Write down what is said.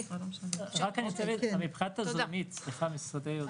אני מנסה להבין את התזרים פה.